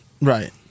Right